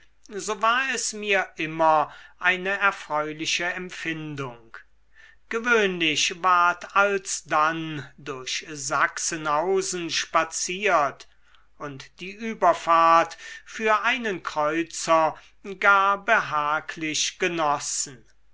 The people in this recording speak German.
so war es mir immer eine erfreuliche empfindung gewöhnlich ward alsdann durch sachsenhausen spaziert und die überfahrt für einen kreuzer gar behaglich genossen